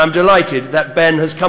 אני בטוח שהוא הגדול